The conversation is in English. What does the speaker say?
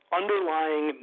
underlying